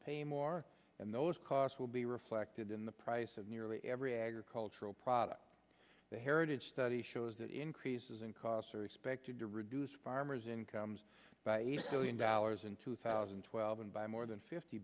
pay more and those costs will be reflected in the price of nearly every agricultural product the heritage study shows that increases in costs are expected to reduce farmers incomes by eight billion dollars in two thousand and twelve and by more than fifty